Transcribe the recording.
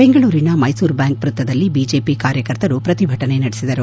ಬೆಂಗಳೂರಿನ ಮೈಸೂರು ಬ್ವಾಂಕ್ ವ್ಯತ್ತದಲ್ಲಿ ಬಿಜೆಪಿ ಕಾರ್ಯಕರ್ತರು ಪ್ರತಿಭಟನೆ ನಡೆಸಿದರು